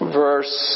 verse